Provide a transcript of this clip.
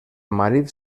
marit